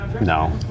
no